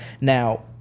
now